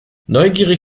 neugierig